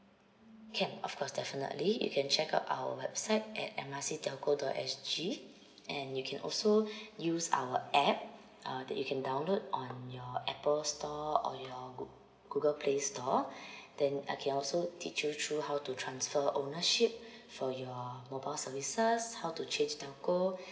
can of course definitely you can check out our website at M R C telco dot S_G and you can also use our app uh that you can download on your apple store or your go~ google play store then I can also teach you through how to transfer ownership for your mobile services how to change telco